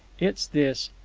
it's this.